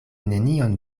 nenion